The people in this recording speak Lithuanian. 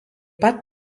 pat